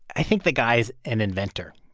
i think the guy's an inventor.